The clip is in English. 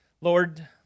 Lord